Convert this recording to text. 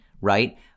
right